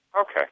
Okay